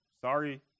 Sorry